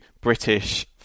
british